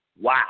Wow